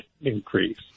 increase